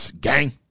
gang